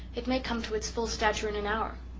it may come to its full stature in an hour.